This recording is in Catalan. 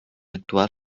actual